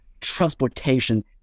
transportation